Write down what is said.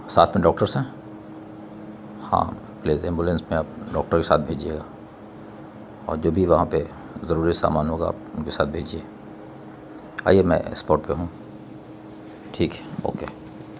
ساتھ میں ڈاکٹرس ہیں ہاں پلیز ایمبولینس میں آپ ڈاکٹر بھی ساتھ بھیجیے گا اور جو بھی وہاں پہ ضروری سامان ہوگا آپ ان کے ساتھ بھیجیے آئیے میں اسپاٹ پہ ہوں ٹھیک ہے اوکے